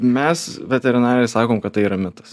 mes veterinarai sakom kad tai yra mitas